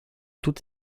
toute